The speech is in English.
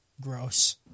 Gross